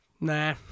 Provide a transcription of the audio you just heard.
Nah